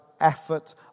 effort